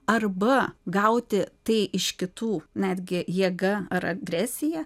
arba gauti tai iš kitų netgi jėga ar agresija